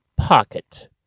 pocket